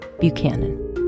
Buchanan